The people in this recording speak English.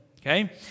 okay